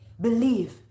believe